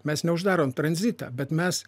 mes neuždarom tranzitą bet mes